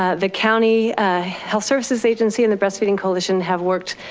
ah the county health services agency and the breastfeeding coalition have worked,